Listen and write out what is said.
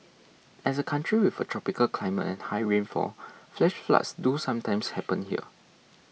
as a country with a tropical climate and high rainfall flash floods do sometimes happen here